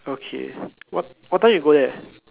okay what what time you go there